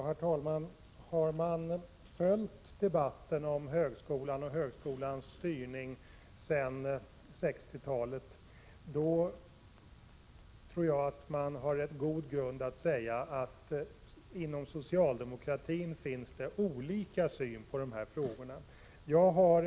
Herr talman! Den som har följt debatten om högskolan och högskolans styrning sedan 1960-talet har en god grund för att säga att det inom socialdemokratin finns olika syn på dessa frågor.